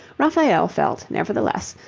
raphael felt, nevertheless,